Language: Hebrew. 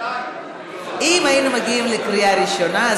אם היינו מגיעים לקריאה ראשונה,